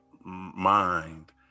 mind